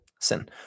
sin